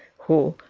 who,